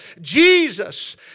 Jesus